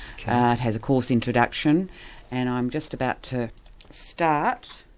it has a course introduction and i'm just about to start.